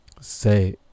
say